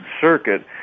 circuit